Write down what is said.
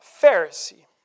Pharisee